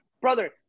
brother